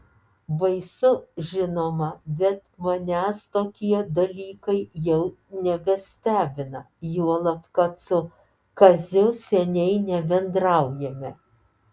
baisu žinoma bet manęs tokie dalykai jau nebestebina juolab kad su kaziu seniai nebendraujame